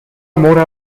mora